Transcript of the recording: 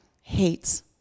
hates